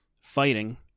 fighting